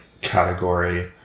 category